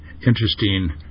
interesting